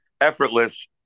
effortless